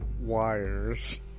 Wires